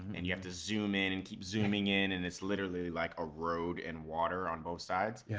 and and you have to zoom in and keep zooming in and it's literally like a road and water on both sides. yeah